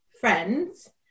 friends